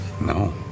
No